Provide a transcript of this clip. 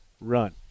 run